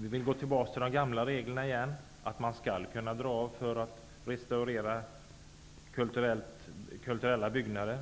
Vi vill gå tillbaks till de gamla reglerna igen. Man skall kunna dra av för att restaurera kulturellt värdefulla byggnader.